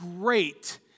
great